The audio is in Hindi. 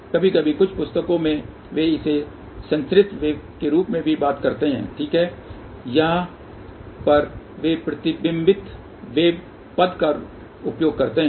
कभी कभी कुछ पुस्तकों में वे इसे एक संचरित वेव के रूप में भी बात करते हैं ठीक है या यहाँ पर वे प्रतिबिंबित वेव पद का उपयोग करते हैं